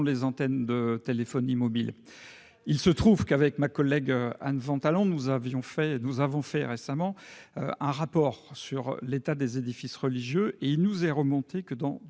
les antennes de téléphonie mobile, il se trouve qu'avec ma collègue Anne, nous avions fait, nous avons fait récemment un rapport sur l'état des édifices religieux et il nous est remonté que dans